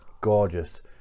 gorgeous